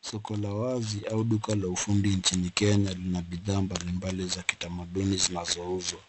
Soko la wazi au duka la ufundi njini Kenya lina bidhaa mbali mbali za kithamaduni zinazouzwa.